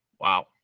wow